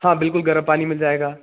हाँ बिल्कुल गर्म पानी मिल जाएगा